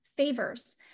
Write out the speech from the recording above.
favors